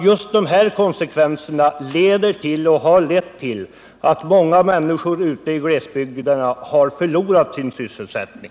Just det jag här talat om har lett till att många människor i glesbygden har förlorat sin sysselsättning.